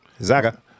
Zaga